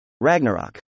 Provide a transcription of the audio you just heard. Ragnarok